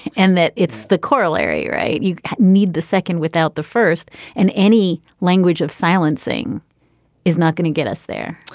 and that is the corollary right. you need the second without the first in any language of silencing is not going to get us there.